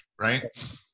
right